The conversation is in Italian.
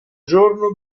giorno